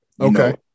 okay